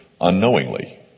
unknowingly